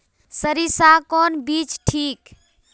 सरीसा कौन बीज ठिक?